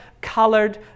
colored